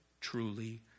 truly